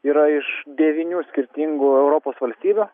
yra iš devynių skirtingų europos valstybių